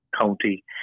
county